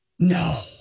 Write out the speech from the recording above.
No